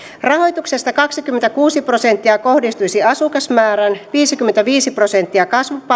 rahoituksesta kaksikymmentäkuusi prosenttia kohdistuisi asukasmäärän viisikymmentäviisi prosenttia